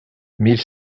mille